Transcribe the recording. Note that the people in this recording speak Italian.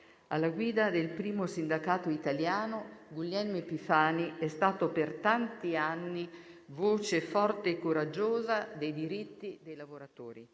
Alla guida del primo sindacato italiano Guglielmo Epifani è stato, per tanti anni, voce forte e coraggiosa dei diritti dei lavoratori.